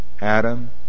Adam